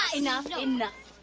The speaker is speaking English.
enough, and enough.